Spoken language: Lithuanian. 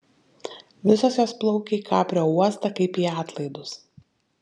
visos jos plaukia į kaprio uostą kaip į atlaidus